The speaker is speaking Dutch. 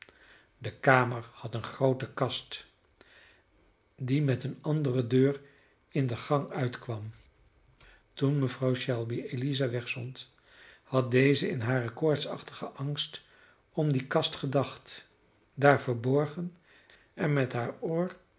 de kamer had eene groote kast die met eene andere deur in de gang uitkwam toen mevrouw shelby eliza wegzond had deze in haren koortsachtigen angst om die kast gedacht daar verborgen en met haar oor